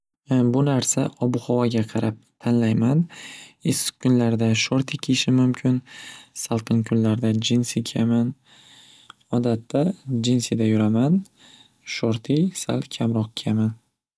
Bu narsa ob-havoga qarab tanlayman issiq kunlarda shorti kiyishim mumkin salqin kunlarda jensi kiyaman odatda jensida yuraman shorti sal kamroq kiyaman.